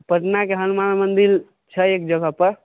पटनाके हनुमान मन्दिर छै एक जगह पर